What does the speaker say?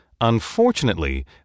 Unfortunately